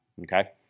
okay